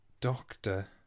doctor